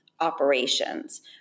operations